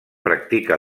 practica